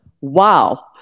wow